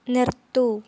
നിർത്തൂ